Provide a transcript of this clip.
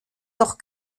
doch